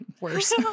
worse